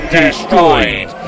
destroyed